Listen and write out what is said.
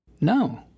No